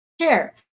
share